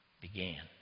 began